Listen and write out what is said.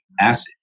acid